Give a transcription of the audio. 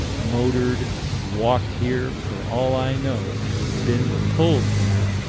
motored walked here, for all i know been pulled here,